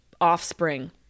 offspring